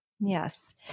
Yes